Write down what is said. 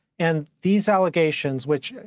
and these allegations which,